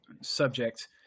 subject